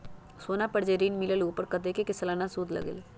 सोना पर जे ऋन मिलेलु ओपर कतेक के सालाना सुद लगेल?